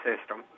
system